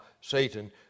Satan